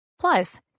Plus